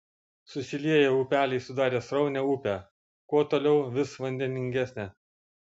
susilieję upeliai sudarė sraunią upę kuo toliau vis vandeningesnę